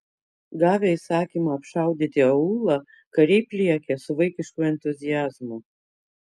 gavę įsakymą apšaudyti aūlą kariai pliekia su vaikišku entuziazmu